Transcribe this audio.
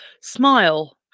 Smile